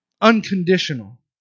unconditional